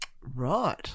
Right